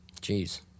Jeez